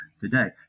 today